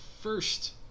first